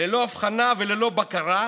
ללא הבחנה וללא בקרה,